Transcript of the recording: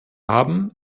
haben